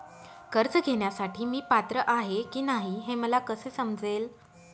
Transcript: कर्ज घेण्यासाठी मी पात्र आहे की नाही हे मला कसे समजेल?